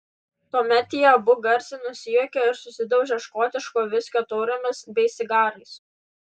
tuomet jie abu garsiai nusijuokia ir susidaužia škotiško viskio taurėmis bei cigarais